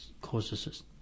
causes